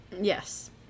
Yes